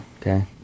okay